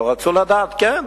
אבל רצו לדעת, כן,